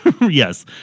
Yes